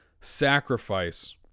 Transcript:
sacrifice